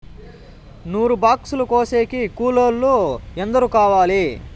నూరు బాక్సులు కోసేకి కూలోల్లు ఎందరు కావాలి?